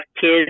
kids